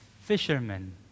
fishermen